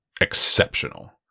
exceptional